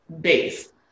base